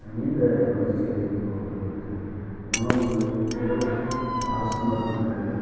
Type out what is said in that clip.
நீண்ட வரிசையில் இருப்பவர்களுக்கு உணவு அரசு மருத்துவமனைகளில்